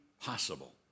possible